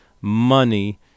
money